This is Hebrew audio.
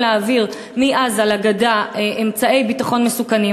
להעביר מעזה לגדה אמצעי ביטחון מסוכנים,